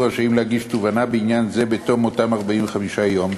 הם יהיו רשאים להגיש תובענה בעניין זה בתום אותם 45 ימים,